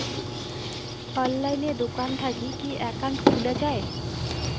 অনলাইনে দোকান থাকি কি একাউন্ট খুলা যায়?